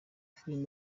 film